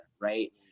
right